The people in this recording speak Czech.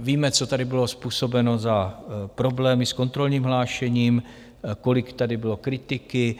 Víme, co tady bylo způsobeno za problémy s kontrolním hlášením, kolik tady bylo kritiky.